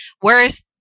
Whereas